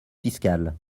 fiscale